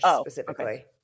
specifically